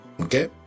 okay